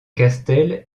castel